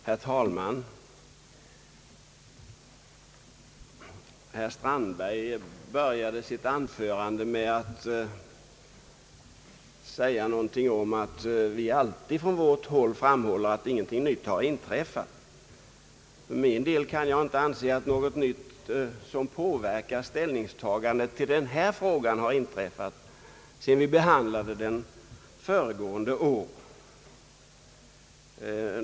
Herr talman! Herr Strandberg började sitt anförande med att säga någonting om att vi från vårt håll alltid säger att ingenting nytt inträffat. För min del kan jag inte anse att någonting nytt som påverkar ställningstagandet i denna fråga har inträffat sedan vi behandlade den föregående år.